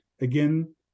Again